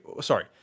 sorry